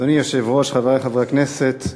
אדוני היושב-ראש, חברי חברי הכנסת,